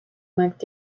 maakt